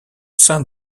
sein